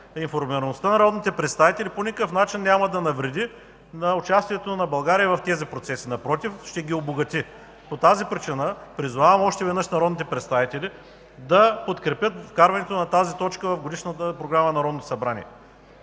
Информираността на народните представители по никакъв начин няма да навреди на участието на България в тези процеси. Напротив, ще ги обогати. По тази причина призовавам още веднъж народните представители да подкрепят вкарването на тази точка в Годишната програма на Народното събрание,